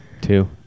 Two